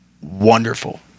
wonderful